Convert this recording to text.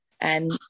and-